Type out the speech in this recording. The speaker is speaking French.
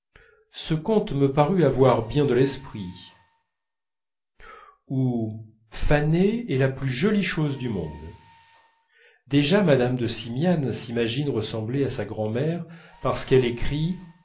ce comte me parut avoir bien de l'esprit ou faner est la plus jolie chose du monde déjà mme de simiane s'imagine ressembler à sa grand'mère parce qu'elle écrit